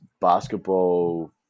basketball